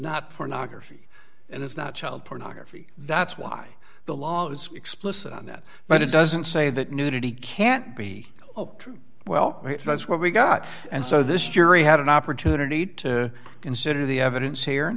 not pornography and it's not child pornography that's why the law is explicit on that but it doesn't say that nudity can't be true well that's what we got and so this jury had an opportunity to consider the evidence here and